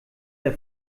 der